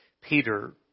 Peter